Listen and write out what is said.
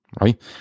right